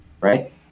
Right